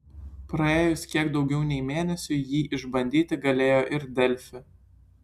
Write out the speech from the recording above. praėjus kiek daugiau nei mėnesiui jį išbandyti galėjo ir delfi